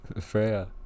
Freya